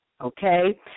Okay